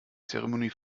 zeremonie